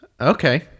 Okay